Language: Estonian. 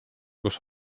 kus